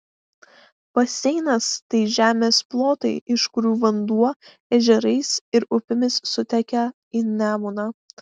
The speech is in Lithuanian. baseinas tai žemės plotai iš kurių vanduo ežerais ir upėmis suteka į nemuną